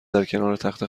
درکنارتخت